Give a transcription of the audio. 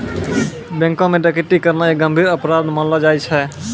बैंको म डकैती करना एक गंभीर अपराध मानलो जाय छै